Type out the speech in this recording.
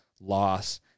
loss